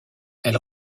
elle